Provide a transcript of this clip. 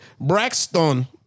Braxton